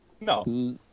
no